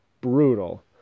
Brutal